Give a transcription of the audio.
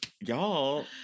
y'all